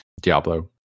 Diablo